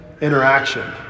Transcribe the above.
interaction